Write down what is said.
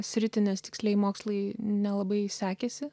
sritį nes tikslieji mokslai nelabai sekėsi